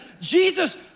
Jesus